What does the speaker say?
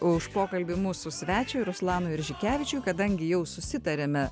už pokalbį mūsų svečiui ruslanui rižikevičiui kadangi jau susitarėme